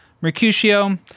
Mercutio